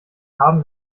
haben